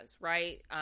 Right